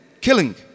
killing